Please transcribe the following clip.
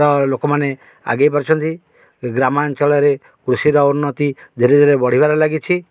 ଲୋକମାନେ ଆଗେଇ ପାରୁଛନ୍ତି ଗ୍ରାମାଞ୍ଚଳରେ କୃଷିର ଉନ୍ନତି ଧୀରେ ଧୀରେ ବଢ଼ିବାରେ ଲାଗିଛି